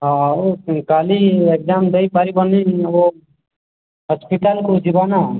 ହଁ ଆଉ କାଲି ଏକଜାମ୍ ଦେଇ ପାରିବେନି ଓ ହସ୍ପିଟାଲକୁ ଯିବେନା